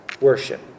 worship